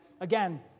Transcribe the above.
again